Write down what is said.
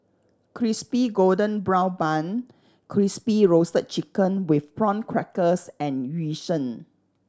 Crispy Golden Brown Bun Crispy Roasted Chicken with Prawn Crackers and Yu Sheng